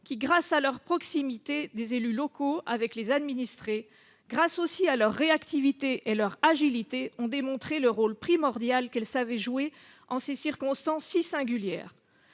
qui, grâce à la proximité des élus locaux avec les administrés, grâce aussi à leur réactivité et leur agilité, ont démontré le rôle primordial qu'elles savaient jouer en ces circonstances si singulières.